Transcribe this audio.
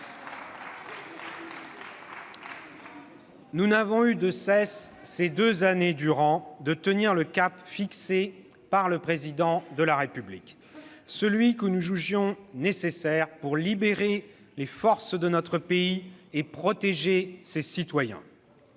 Nous n'avons eu de cesse, ces deux années durant, de tenir le cap fixé par le Président de la République. Celui que nous jugions nécessaire pour libérer les forces de notre pays et protéger ses citoyens,